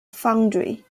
foundry